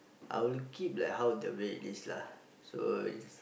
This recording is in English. I will look it like how the way is lah so is